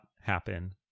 happen